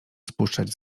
spuszczać